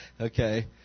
Okay